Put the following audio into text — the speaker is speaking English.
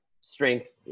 strength